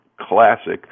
classic